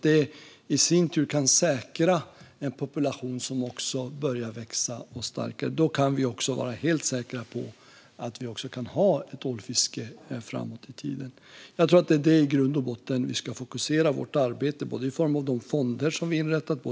Det i sin tur kan säkra en population som kan börja växa sig starkare. Då kan vi också vara helt säkra på att vi kan ha ett ålfiske framåt i tiden. Jag tror att det i grund och botten är detta vi ska fokusera vårt arbete på med hjälp av de fonder som vi har inrättat.